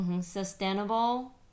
Sustainable